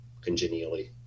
congenially